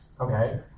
okay